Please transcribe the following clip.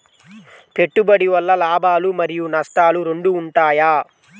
పెట్టుబడి వల్ల లాభాలు మరియు నష్టాలు రెండు ఉంటాయా?